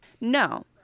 No